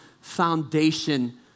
foundation